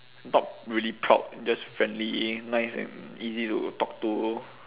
not really proud just friendly nice and easy to talk to